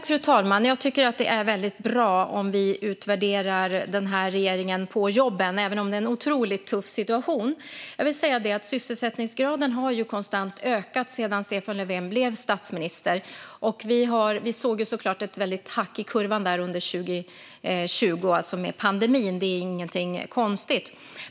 Fru talman! Jag tycker att det är väldigt bra att utvärdera den här regeringen på jobben, även om det är en otroligt tuff situation. Sysselsättningsgraden har konstant ökat sedan Stefan Löfven blev statsminister. Vi såg såklart ett väldigt hack i kurvan under 2020 på grund av pandemin. Det är ingenting konstigt.